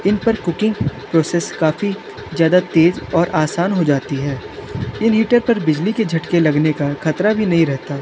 इन पर cooking process काफ़ी ज़्यादा तेज़ और आसान हो जाती है इन हीटर पर बिजली के झटके लगने का ख़तरा भी नहीं रहता